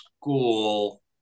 school